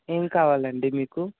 ఏం కావాలండి మీకు